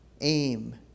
aim